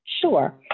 Sure